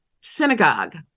synagogue